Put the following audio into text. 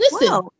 Listen